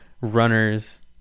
runners